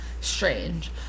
Strange